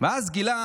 אינו נוכח,